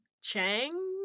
Chang